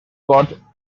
god